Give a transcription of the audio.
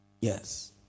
Yes